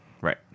Right